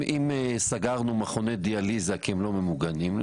אם סגרנו מכוני דיאליזה כי הם לא ממוגנים,